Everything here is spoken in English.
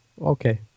Okay